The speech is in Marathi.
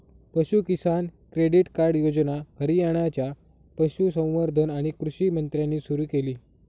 पशु किसान क्रेडिट कार्ड योजना हरियाणाच्या पशुसंवर्धन आणि कृषी मंत्र्यांनी सुरू केली